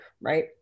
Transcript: right